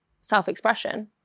self-expression